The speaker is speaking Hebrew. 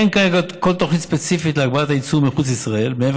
אין כרגע כל תוכנית ספציפית להגברת הייצור מחוץ לישראל מעבר